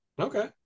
Okay